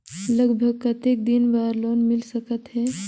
लगभग कतेक दिन बार लोन मिल सकत हे?